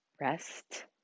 rest